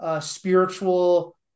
Spiritual